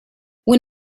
when